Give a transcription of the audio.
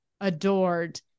adored